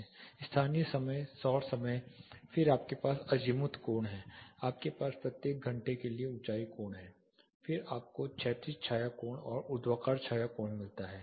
स्थानीय समय सौर समय फिर आपके पास अज़ीमुथ कोण है आपके पास प्रत्येक घंटे के लिए ऊंचाई कोण है फिर आपको क्षैतिज छाया कोण और ऊर्ध्वाधर छाया कोण मिलता है